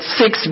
six